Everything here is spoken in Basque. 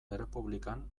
errepublikan